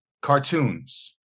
Cartoons